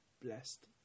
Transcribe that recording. blessed